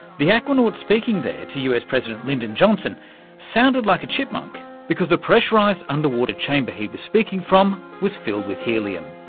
the aquanaut speaking to us president lyndon johnson sounded like a chipmunk because the pressurised underwater chamber he was speaking from was filled with helium.